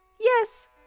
Yes